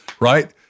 right